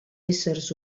éssers